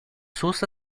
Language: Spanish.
sus